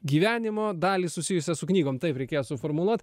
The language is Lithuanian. gyvenimo dalį susijusią su knygom taip reikėjo suformuluot